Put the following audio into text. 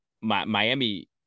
Miami